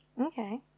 Okay